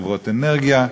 חברות אנרגיה?